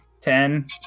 Ten